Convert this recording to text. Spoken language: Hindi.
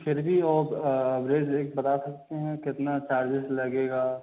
फिर भी ओक एवरेज एक बता सकते हैं कितना चार्जेस लगेगा